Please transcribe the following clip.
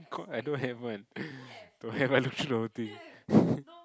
I don't have one don't have I looked through the whole thing